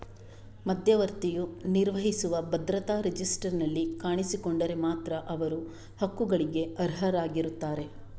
ಮಧ್ಯವರ್ತಿಯು ನಿರ್ವಹಿಸುವ ಭದ್ರತಾ ರಿಜಿಸ್ಟರಿನಲ್ಲಿ ಕಾಣಿಸಿಕೊಂಡರೆ ಮಾತ್ರ ಅವರು ಹಕ್ಕುಗಳಿಗೆ ಅರ್ಹರಾಗಿರುತ್ತಾರೆ